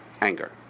anger